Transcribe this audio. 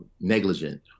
negligent